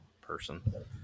person